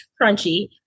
crunchy